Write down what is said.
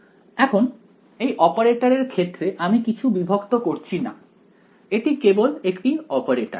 এখন এই অপারেটরের ক্ষেত্রে আমি কিছু বিভক্ত করছি না এটি কেবল একটি অপারেটর